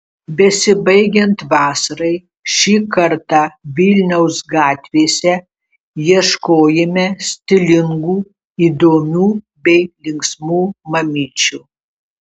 besibaigiant vasarai šį kartą vilniaus gatvėse ieškojime stilingų įdomių bei linksmų mamyčių